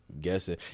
guessing